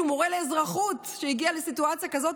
שהוא מורה לאזרחות שהגיע לסיטואציה כזאת.